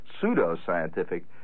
pseudo-scientific